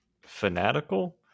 fanatical